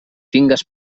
tingues